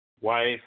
wife